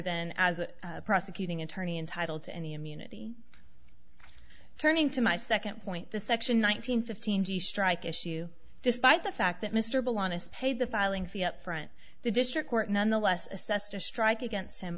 than as a prosecuting attorney entitled to any immunity turning to my second point the section nine hundred fifteen strike issue despite the fact that mr bill honest paid the filing fee up front the district court nonetheless assessed a strike against him